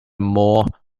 more